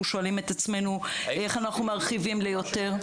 אנחנו שואלים את עצמנו איך אנחנו מרחיבים ליותר.